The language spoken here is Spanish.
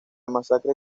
masacre